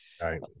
Right